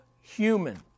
human